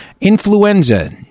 Influenza